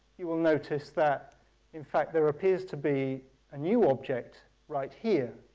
you will notice that in fact there appears to be a new object right here.